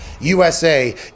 USA